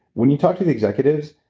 when you talk to the executives,